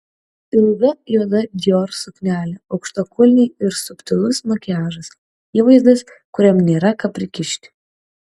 ilga juoda dior suknelė aukštakulniai ir subtilus makiažas įvaizdis kuriam nėra ką prikišti